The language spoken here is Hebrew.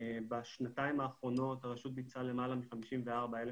בשנתיים האחרונות הרשות ביצעה למעלה מ-54,000